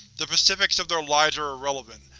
the specifics of their lives are irrelevant,